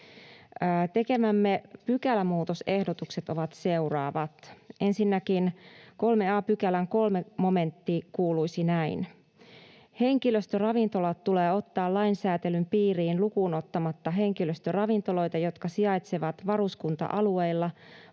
Tekemämme pykälämuutosehdotukset ovat seuraavat: Ensinnäkin 3 a §:n 3 momentti kuuluisi näin: ”Henkilöstöravintolat tulee ottaa lain säätelyn piiriin lukuun ottamatta henkilöstöravintoloita, jotka sijaitsevat varuskunta-alueilla,